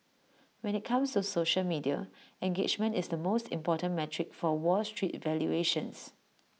when IT comes to social media engagement is the most important metric for wall street valuations